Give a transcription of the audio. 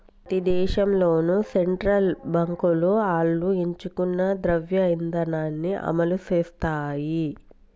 ప్రతి దేశంలోనూ సెంట్రల్ బాంకులు ఆళ్లు ఎంచుకున్న ద్రవ్య ఇదానాన్ని అమలుసేత్తాయి